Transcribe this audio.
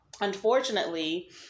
unfortunately